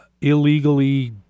illegally